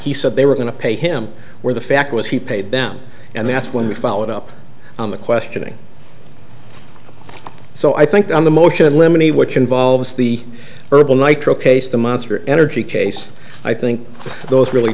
he said they were going to pay him where the fact was he paid down and that's when we followed up on the questioning so i think on the motion limit which involves the herbal nitrile case the monster energy case i think those really